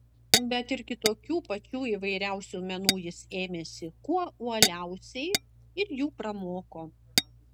bet ir kitokių pačių įvairiausių menų jis ėmėsi kuo uoliausiai ir jų pramoko